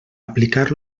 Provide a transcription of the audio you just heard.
aplicar